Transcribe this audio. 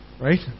right